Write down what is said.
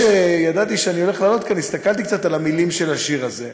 לפני שידעתי שאני הולך לעלות לכאן הסתכלתי קצת על המילים של השיר הזה.